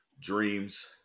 dreams